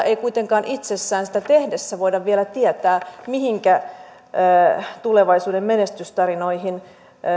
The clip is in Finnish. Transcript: ei kuitenkaan itsessään sitä tehdessä voida vielä tietää mihinkä tulevaisuuden menestystarinoihin